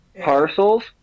Parcels